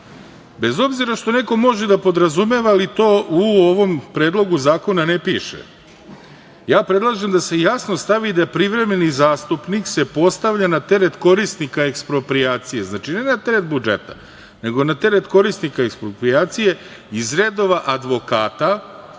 bez obzira što neko može da podrazumeva, ali to u ovom predlogu zakona ne piše, ja predlažem da se jasno stavi da privremeni zastupnik se postavlja na teret korisnika eksproprijacije. Znači, ne na teret budžeta, nego na teret korisnika eksproprijacije iz redova advokata,